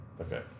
Okay